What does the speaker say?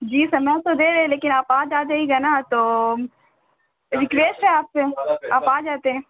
جی سمے تو دے رہے لیکن آپ آ ج آ جائیے گا نا تو ریکویسٹ ہے آپ سے آپ آ جاتے